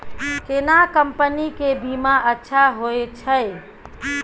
केना कंपनी के बीमा अच्छा होय छै?